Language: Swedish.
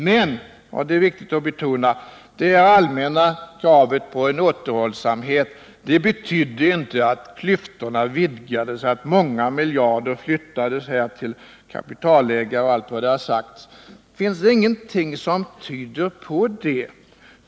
Men, och det är viktigt att betona, det allmänna kravet på en återhållsamhet betydde inte att klyftorna vidgades, att många miljarder flyttades till kapitalägarna — och allt vad som sagts i debatten. Det finns ingenting som tyder på det.